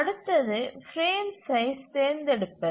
அடுத்தது frame size தேர்ந்தெடுப்பது